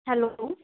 hello